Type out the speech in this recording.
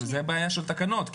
זו בעיה של תקנות,